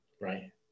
right